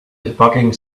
debugging